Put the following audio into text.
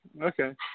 Okay